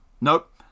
Nope